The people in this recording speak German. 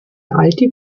alte